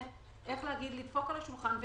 לדפוק על השולחן,